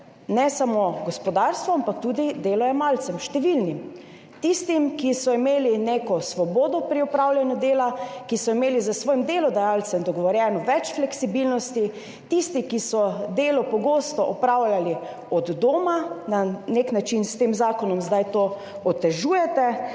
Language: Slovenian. ne samo gospodarstvu, ampak tudi delojemalcem, številnim tistim, ki so imeli neko svobodo pri opravljanju dela, ki so imeli s svojim delodajalcem dogovorjene več fleksibilnosti; tistim, ki so delo pogosto opravljali od doma, na nek način s tem zakonom zdaj to otežujete.